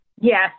Yes